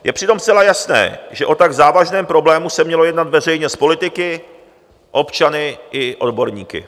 Je přitom zcela jasné, že o tak závažném problému se mělo jednat veřejně s politiky, občany i odborníky.